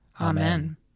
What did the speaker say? Amen